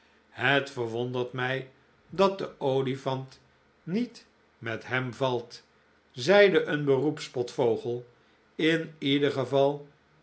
het verwondert mij dat de olifant niet met hem valt zeide een beroepsspotvogel in ieder geval